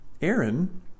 Aaron